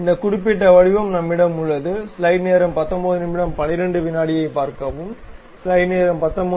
இந்த குறிப்பிட்ட வடிவம் நம்மிடம் உள்ளது